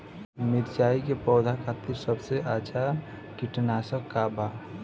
मिरचाई के पौधा खातिर सबसे अच्छा कीटनाशक का बा?